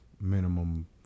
minimum